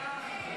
סעיף